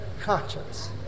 conscience